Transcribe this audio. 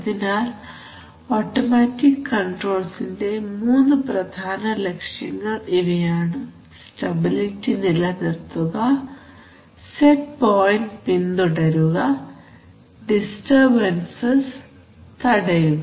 അതിനാൽ ഓട്ടമാറ്റിക് കൺട്രോൾസിന്റെ മൂന്ന് പ്രധാന ലക്ഷ്യങ്ങൾ ഇവയാണ് സ്റ്റെബിലിറ്റി നിലനിർത്തുക സെറ്റ് പോയിൻറ് പിന്തുടരുക ഡിസ്റ്റർബൻസ് തടയുക